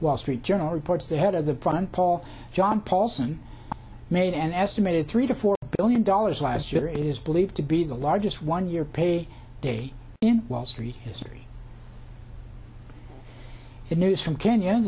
wall street journal reports the head of the problem paul john paulson made an estimated three to four billion dollars last year it is believed to be the largest one year pay day in wall street history and news from kenya